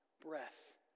breath